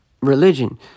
religion